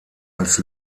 als